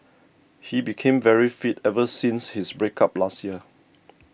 he became very fit ever since his break up last year